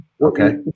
Okay